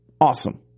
Awesome